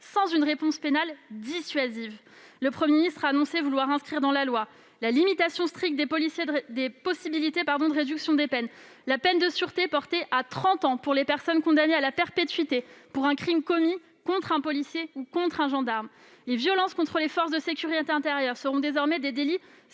sans une réponse pénale dissuasive. Le Premier ministre a également annoncé vouloir inscrire dans la loi la limitation stricte des possibilités de réduction des peines. La peine de sûreté sera portée à trente ans pour les personnes condamnées à la perpétuité pour un crime commis contre un policier ou un gendarme. Les violences contre les forces de sécurité intérieure seront désormais des délits